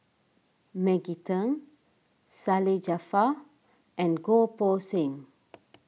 Maggie Teng Salleh Japar and Goh Poh Seng